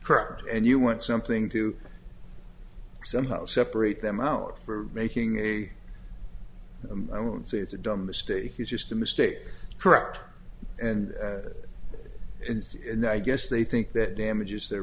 correct and you want something to somehow separate them out for making a i won't say it's a dumb mistake it's just a mistake correct and i guess they think that damages the